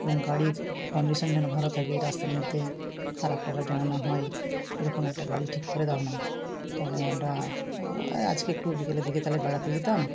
এবং গাড়ির কন্ডিশন যেন ভালো থাকে রাস্তার মধ্যে খারাপ টারাপ যেন না হয় এরকম একটা গাড়ি ঠিক করে দাও না তালে আমরা ওই আজকে একটু বিকেলের দিকে তাহলে বেড়াতে যেতাম